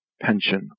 pension